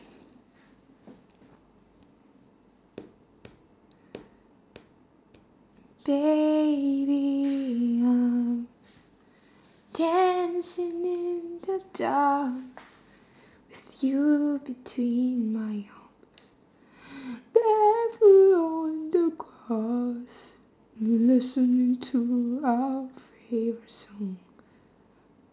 baby I'm dancing in the dark with you between my arms barefoot on the grass we're listening to our favourite song